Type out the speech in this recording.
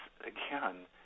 again